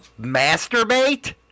masturbate